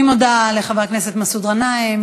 אני מודה לחבר הכנסת מסעוד גנאים.